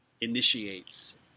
initiates